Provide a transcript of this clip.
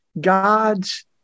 God's